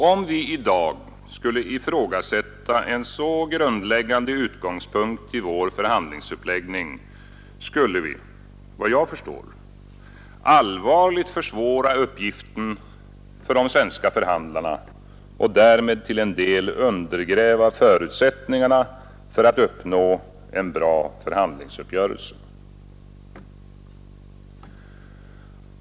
Om vi i dag skulle ifrågasätta en så grundläggande utgångspunkt i vår förhandlingsuppläggning, skulle vi — vad jag förstår — allvarligt försvåra uppgiften för de svenska förhandlarna och därmed till en del undergräva förutsättningarna för att uppnå en bra förhandlingsuppgörelse.